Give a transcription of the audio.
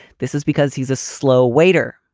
this is because he's a slow waiter.